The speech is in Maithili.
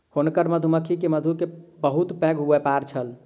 हुनकर मधुमक्खी के मधु के बहुत पैघ व्यापार छल